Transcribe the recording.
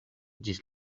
ĝis